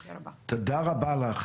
תודה רבה.